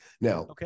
Now